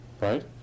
right